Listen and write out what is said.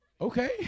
okay